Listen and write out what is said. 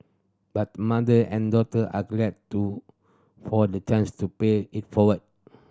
but mother and daughter are glad to for the chance to pay it forward